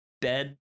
bed